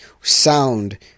sound